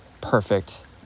perfect